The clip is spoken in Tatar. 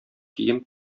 кием